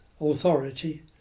Authority